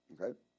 Okay